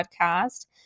Podcast